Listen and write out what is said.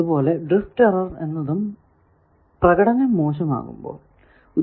അതുപോലെ drift error എന്നത് പ്രകടനം മോശമാകുമ്പോൾ ഉണ്ടാവുന്നത്